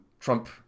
Trump